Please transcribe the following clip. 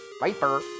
Viper